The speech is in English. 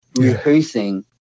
rehearsing